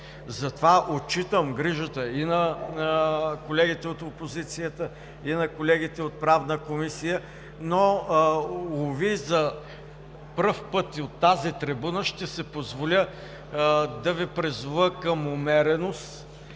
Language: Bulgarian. Затова отчитам грижата и на колегите от опозицията, и на колегите от Правна комисия, но, уви, за пръв път и от тази трибуна ще си позволя да Ви призова към умереност